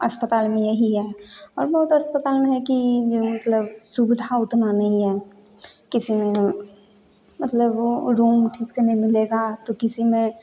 अस्पताल में यही है और बहुत से अस्पताल में है कि मतलब सुविधा उतना नहीं है किसी में मतलब वो रूम ठीक से नहीं मिलेगा तो किसी में